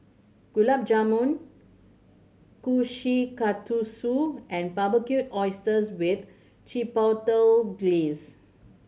Gulab Jamun Kushikatsu and Barbecued Oysters with Chipotle Glaze